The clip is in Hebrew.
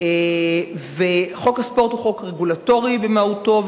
חוק הספורט הוא חוק רגולטורי במהותו,